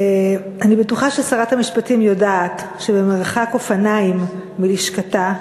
אני בטוחה ששרת המשפטים יודעת שבמרחק אופניים מלשכתה,